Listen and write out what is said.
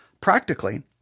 Practically